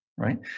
Right